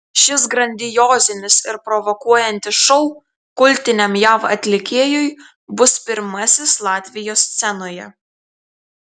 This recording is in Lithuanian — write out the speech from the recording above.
šis grandiozinis ir provokuojantis šou kultiniam jav atlikėjui bus pirmasis latvijos scenoje